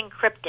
encrypted